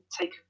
take